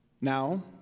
Now